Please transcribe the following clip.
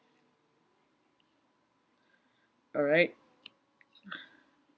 alright